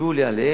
הצביעו לי עליהם,